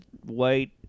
white